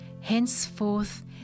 Henceforth